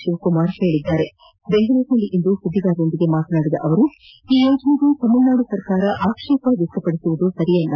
ಶಿವಕುಮಾರ್ ಹೇಳಿದ್ದಾರೆ ಬೆಂಗಳೂರಿನಲ್ಲಿಂದು ಸುದ್ಗಿಗಾರರೊಂದಿಗೆ ಮಾತನಾಡಿದ ಅವರು ಈ ಯೋಜನೆಗೆ ತಮಿಳುನಾಡು ಸರ್ಕಾರ ಆಕ್ಷೇಪ ವ್ಯಕ್ತಪಡಿಸುವುದು ಸರಿಯಲ್ಲ